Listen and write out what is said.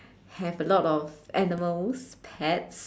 have a lot of animals pets